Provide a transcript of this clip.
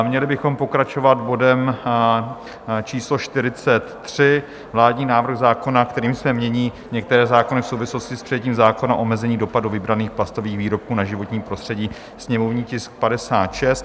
Měli bychom pokračovat bodem číslo 43, Vládní návrh zákona, kterým se mění některé zákony v souvislosti s přijetím zákona o omezení dopadu vybraných plastových výrobků na životní prostředí, sněmovní tisk 56.